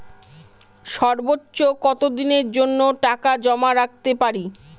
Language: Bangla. সর্বোচ্চ কত দিনের জন্য টাকা জমা রাখতে পারি?